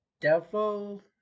devil